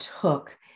took